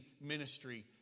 ministry